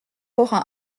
aura